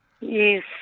Yes